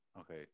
Okay